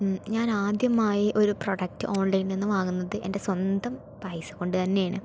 ഞാൻ ആദ്യമായി ഒരു പ്രൊഡക്ട് ഓൺലൈനിൽ നിന്ന് വാങ്ങുന്നത് എൻ്റെ സ്വന്തം പൈസ കൊണ്ടുതന്നെയാണ്